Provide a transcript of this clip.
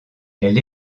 elle